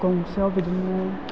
गंसेयाव बिदिनो